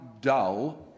dull